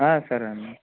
సరే